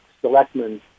selectmen